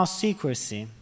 secrecy